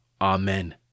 Amen